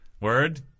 Word